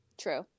True